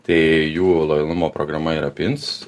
tai jų lojalumo programa yra pins